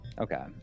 Okay